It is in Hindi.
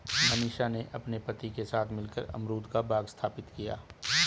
मनीषा ने अपने पति के साथ मिलकर अमरूद का बाग स्थापित किया